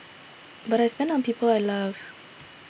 but I spend on people I love